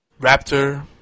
Raptor